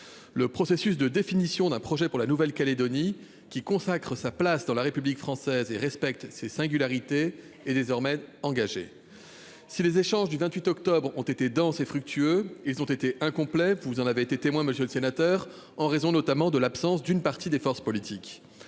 Le processus de définition d'un projet pour la Nouvelle-Calédonie, qui consacre sa place dans la République française et respecte ses singularités, est désormais engagé. Si les échanges du 28 octobre ont été denses et fructueux, ils sont restés incomplets, et vous en avez été le témoin, monsieur le sénateur, en raison notamment de l'absence d'une partie des forces politiques.